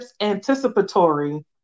anticipatory